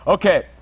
Okay